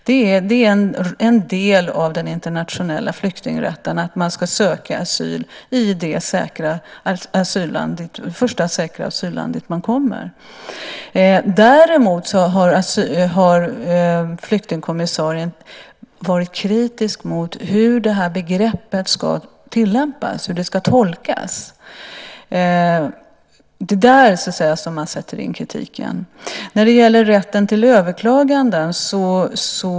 Det är en del av den internationella flyktingrätten att man ska söka asyl i det första säkra asylland man kommer till. Däremot har flyktingkommissarien varit kritisk när det gäller hur det här begreppet ska tillämpas, hur det ska tolkas. Det är där som man så att säga sätter in kritiken. Sedan gäller det rätten till överklagande.